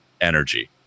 energy